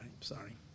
Sorry